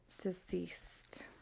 deceased